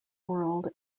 world